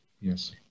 Yes